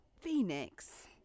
Phoenix